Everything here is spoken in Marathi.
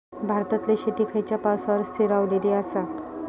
भारतातले शेती खयच्या पावसावर स्थिरावलेली आसा?